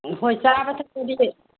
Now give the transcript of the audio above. ꯎꯝ ꯍꯣꯏ ꯆꯥꯕ ꯊꯛꯄꯗꯤ